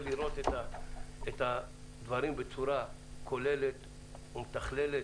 לראות את הדברים בצורה כוללת ומתכללת,